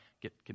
get